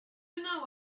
know